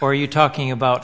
are you talking about